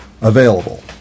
available